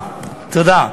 תודה.